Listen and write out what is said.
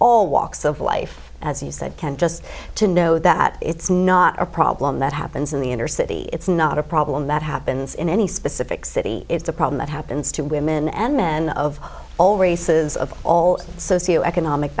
all walks of life as you said can just to know that it's not a problem that happens in the inner city it's not a problem that happens in any specific city it's a problem that happens to women and men of all races of all socioeconomic